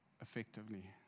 effectively